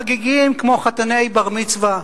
חגיגיים כמו חתני בר-מצווה,